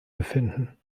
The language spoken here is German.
befinden